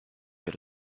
good